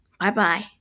Bye-bye